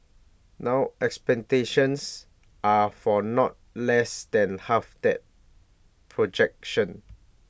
now expectations are for not less than half that projection